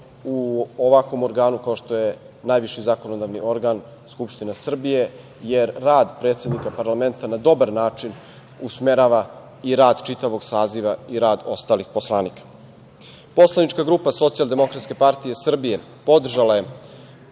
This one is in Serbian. u ovakvom organu kao što je najviši zakonodavni organ, Skupština Srbije, jer rad predsednika parlamenta na dobar način usmerava i rad čitavog saziva i rad ostalih poslanika. Poslanička grupa SDPS podržala je